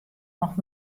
noch